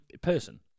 person